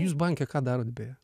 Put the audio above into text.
jūs banke ką darot beje